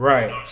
Right